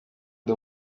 ndi